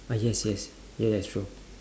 ah yes yes yeah that's true